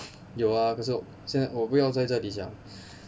有啊可是现在我不要在这里讲